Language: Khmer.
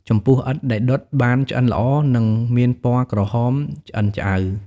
ចំពោះ ឥដ្ឋ ដែលដុតបានឆ្អិនល្អ នឹងមានពណ៌ក្រហមឆ្អិនឆ្អៅ។